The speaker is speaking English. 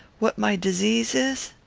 what my disease is?